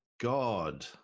God